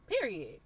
Period